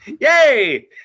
Yay